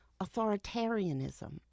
authoritarianism